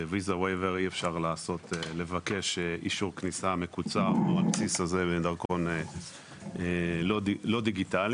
ב-Visa Waiver אי אפשר לבקש אישור כניסה מקוצר עם דרכון לא דיגיטלי.